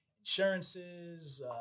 insurances